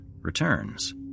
returns